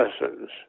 lessons